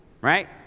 Right